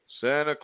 Santa